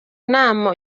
inama